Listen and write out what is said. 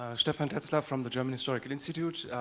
stefan tetzlaff from the german historical institute.